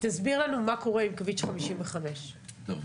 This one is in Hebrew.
תסביר לנו מה קורה עם כביש 55. טוב.